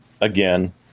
again